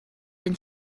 been